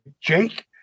Jake